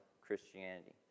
Christianity